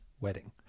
wedding